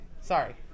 Sorry